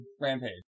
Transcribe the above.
rampage